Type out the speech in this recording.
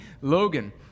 Logan